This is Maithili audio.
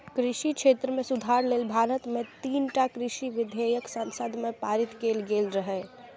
कृषि क्षेत्र मे सुधार लेल भारत मे तीनटा कृषि विधेयक संसद मे पारित कैल गेल रहै